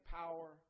power